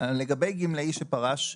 לגבי גמלאי שפרש,